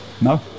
No